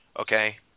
Okay